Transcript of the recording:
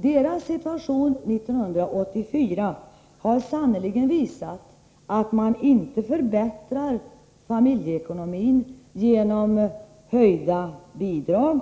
Deras situation 1984 har sannerligen visat, att man inte förbättrar familjeekonomin genom höjda bidrag,